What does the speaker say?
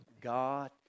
God